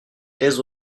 dès